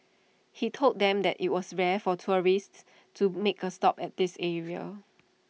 he told them that IT was rare for tourists to make A stop at this area